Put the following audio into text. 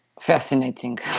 fascinating